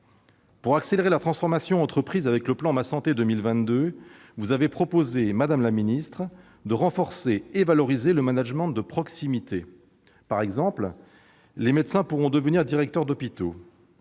Pour accélérer la transformation entreprise avec le plan Ma santé 2022, vous avez proposé, madame la ministre, de renforcer et de valoriser le management de proximité. Par exemple, les médecins pourront devenir directeurs d'hôpital.